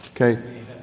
Okay